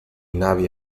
navi